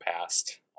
past